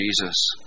Jesus